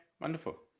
wonderful